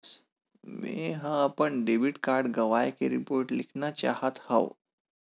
मेंहा अपन debit card गवाए के रिपोर्ट लिखना चाहत हव